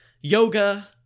yoga